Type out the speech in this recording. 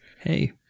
hey